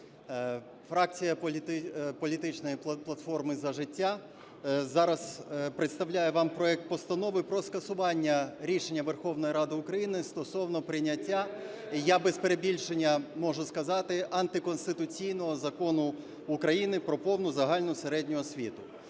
Фракція політичної платформи "За життя" зараз представляє вам проект Постанови про скасування рішення Верховної Ради України стосовно прийняття, я без перебільшення можу сказати, антиконституційного Закону України "Про повну загальну середню освіту".